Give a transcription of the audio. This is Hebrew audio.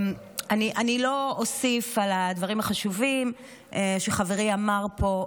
אני לא אוסיף על הדברים החשובים שחברי אמר פה,